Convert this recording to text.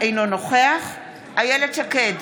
אינו נוכח איילת שקד,